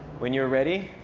when you're ready